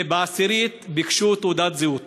ובעשירית ביקשו תעודת זהות.